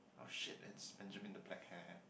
oh shit it's Benjamin the black hair